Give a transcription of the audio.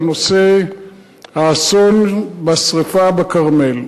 על אסון השרפה בכרמל.